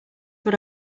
what